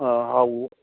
ꯑꯥ ꯍꯥꯎꯕ